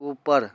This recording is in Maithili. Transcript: ऊपर